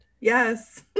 yes